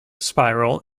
spiral